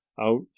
out